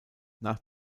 nach